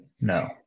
No